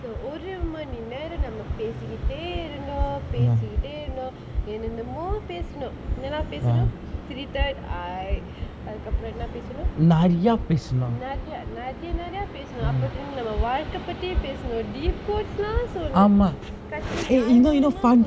so ஒரு மணி நேரம் நம்ம பேசிகிட்டே இருந்தோம் பேசிகிட்டே இருந்தோம் என்னென்னமோ பேசுனோம் என்னெல்லா பேசுனோம்:oru mani neram namma pesikittae irunthom pesikittae irunthom ennennamo pesunom ennellaa pesunom three third I அதுக்கப்பறம் என்ன பேசுனோம் நறைய நறைய நறைய பேசுனோம் அப்பத்தா நம்ம வாழ்க்க பத்தி பேசுனோம்:athukkapparam enna pesunom naraiya naraiya naraiya pesunom appatthaa namma vaalkka pathi pesunom deep outs lah சொன்னோம் கடசி:sonnom kadasi